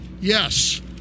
yes